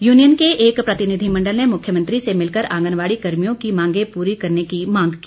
union के एक प्रतिनिधिमंडल ने मुख्यमंत्री से मिलकर आंगनबाड़ी कर्मियों की मांगें पूरी करने की मांग की